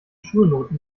schulnoten